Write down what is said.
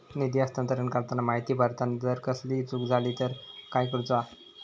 निधी हस्तांतरण करताना माहिती भरताना जर कसलीय चूक जाली तर काय करूचा?